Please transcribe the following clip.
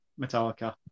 Metallica